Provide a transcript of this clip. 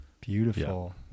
Beautiful